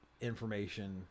information